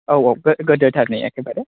औ औ गोदोथारनि एकेबारे